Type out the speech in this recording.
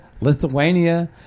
Lithuania